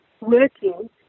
working